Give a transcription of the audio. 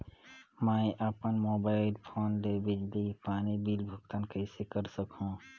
मैं अपन mobile phone ले बिजली पानी बिल भुगतान कइसे कर सकहुं?